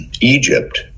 Egypt